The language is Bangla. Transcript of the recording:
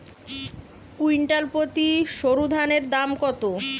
কুইন্টাল প্রতি সরুধানের দাম কত?